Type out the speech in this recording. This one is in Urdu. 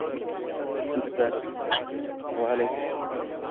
ٹھیک ہے ٹھیک ہے خیال رکھنا وعلیکم السلام